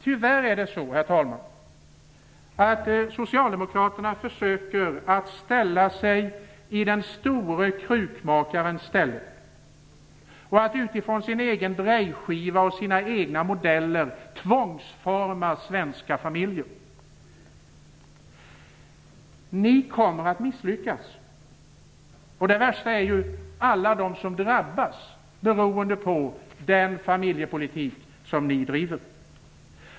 Tyvärr är det så, herr talman, att socialdemokraterna försöker ställa sig i den store krukmakarens ställe och utifrån sin egen drejskiva och sina egna modeller tvångsforma svenska familjer. Ni kommer att misslyckas. Det värsta är alla de som drabbas av den familjepolitik ni driver.